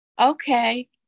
Okay